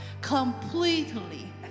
completely